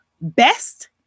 best